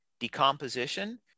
decomposition